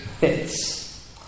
fits